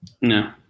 No